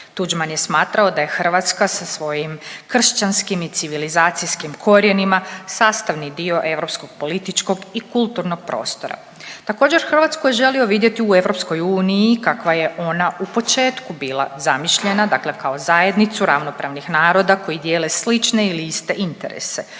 Tuđman je smatrao da je Hrvatska sa svojim kršćanskim, civilizacijskim korijenima sastavni dio europskog političkog i kulturnog prostora, također Hrvatsku je želio vidjeti u EU kakva je ona u početku bila zamišljena, dakle kao zajednica ravnopravnih naroda koji dijele slične ili iste interese,